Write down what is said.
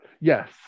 Yes